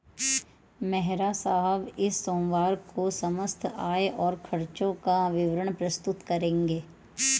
मेहरा साहब इस सोमवार को समस्त आय और खर्चों का विवरण प्रस्तुत करेंगे